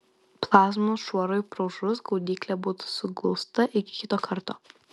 plazmos šuorui praūžus gaudyklė būtų suglausta iki kito karto